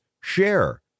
Share